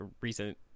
recent